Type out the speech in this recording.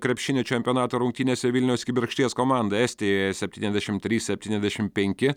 krepšinio čempionato rungtynėse vilniaus kibirkšties komanda estijoje septyniasdešim trys septyniasdešim penki